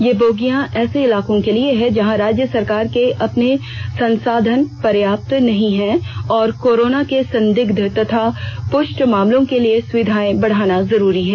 ये बोगियां ऐसे इलाकों के लिए हैं जहां राज्य सरकार के अपने संसाधन पर्याप्त नहीं रह गए हैं और कोरोना के संदिग्ध तथा पुष्ट मामलों के लिए सुविधाएं बढ़ाना जरुरी हो गया है